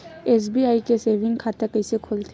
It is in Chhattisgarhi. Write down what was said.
एस.बी.आई के सेविंग खाता कइसे खोलथे?